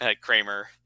Kramer